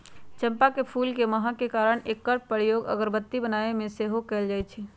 चंपा के फूल के महक के कारणे एकर प्रयोग अगरबत्ती बनाबे में सेहो कएल जाइ छइ